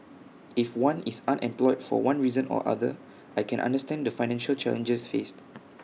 if one is unemployed for one reason or other I can understand the financial challenges faced